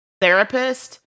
therapist